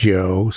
Joe